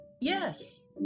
Yes